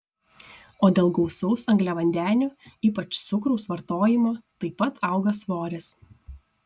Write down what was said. o dėl gausaus angliavandenių ypač cukraus vartojimo taip pat auga svoris